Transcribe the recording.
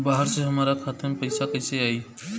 बाहर से हमरा खाता में पैसा कैसे आई?